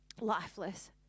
lifeless